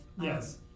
Yes